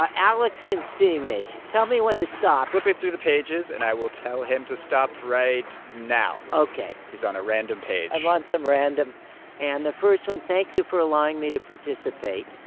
ah alex can see me. tell me when to stop flipping through the pages and i will tell him to stop right now ok he's on a random page i'm on some random and the first one, thank you for allowing me to participate.